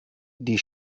die